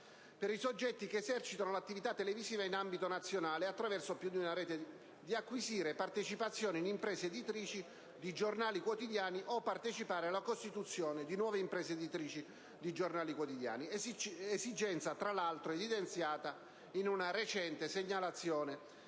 per i soggetti che esercitano l'attività televisiva in ambito nazionale attraverso più di una rete, di acquisire partecipazioni in imprese editrici di giornali quotidiani o partecipare alla costituzione di nuove imprese editrici di giornali quotidiani, esigenza tra l'altro evidenziata in una recente segnalazione